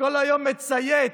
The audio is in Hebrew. שכל היום מצייץ